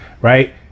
right